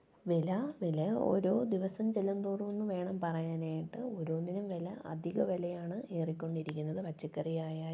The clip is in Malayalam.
വില വില ഓരോ ദിവസം ചെല്ലുന്തോറുമെന്നു വേണം പറയാനായിട്ട് ഓരോന്നിനും വില അധിക വിലയാണ് ഏറിക്കൊണ്ടിരിക്കുന്നത് പച്ചക്കറിയായാലും